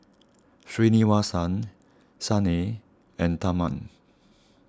Srinivasa Saina and Tharman